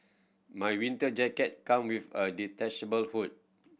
my winter jacket come with a detachable hood